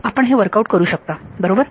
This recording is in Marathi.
आपण हे वर्कआउट करू शकता बरोबर